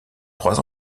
trois